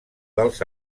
dels